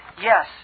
Yes